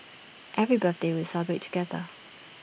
every birthday we'll celebrate together